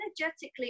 energetically